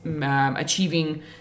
Achieving